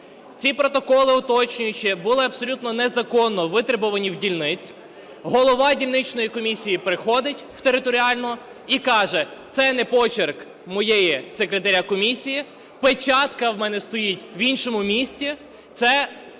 Ці протоколи уточнюючі були абсолютно незаконно витребувані в дільниць. Голова дільничної комісії приходить в територіальну і каже: це не почерк мого секретаря комісії, печатка в мене стоїть в іншому місці, це